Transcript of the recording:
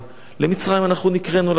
למצרים אנחנו נקראנו לבוא על-ידי פרעה,